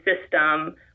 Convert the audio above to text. system